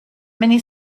many